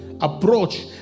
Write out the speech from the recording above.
approach